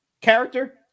Character